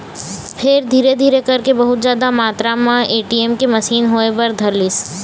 फेर धीरे धीरे करके बहुत जादा मातरा म ए.टी.एम के मसीन होय बर धरलिस